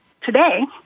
today